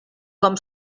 com